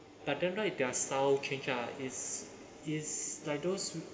but then right their style change ah is is like those